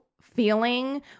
feeling